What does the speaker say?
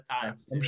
times